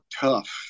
tough